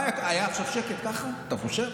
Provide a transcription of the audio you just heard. היה עכשיו שקט ככה, אתה חושב?